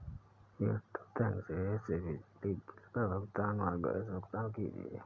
Airtel thanks app से बिजली bill का भुगतान व गैस भुगतान कीजिए